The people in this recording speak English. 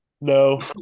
no